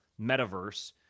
metaverse